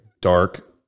dark